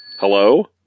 Hello